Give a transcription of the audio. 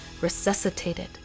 resuscitated